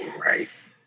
right